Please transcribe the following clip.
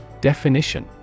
Definition